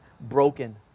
broken